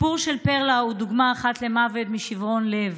הסיפור של פרלה הוא דוגמה אחת למוות משברון לב.